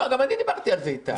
לא, אני דיברתי על זה איתה.